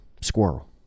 squirrel